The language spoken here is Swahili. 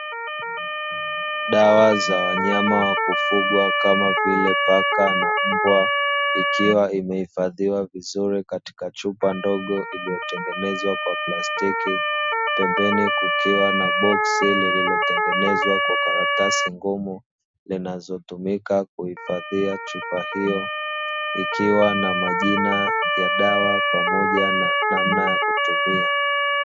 Dawa za wanyama wa kufugwa kama vile paka na mbwa ikiwa imehifashiwa vizuri katika chupa ndogo iliyotengenezwa kwa plastiki, pembeni kukiwa na boksi lililotengenezwa kwa karatasi ngumu zinazitumika kuhifadhia chupa hiyo ikiwa na majina ya dawa pamoja na namna ya kutumia.